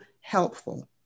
helpful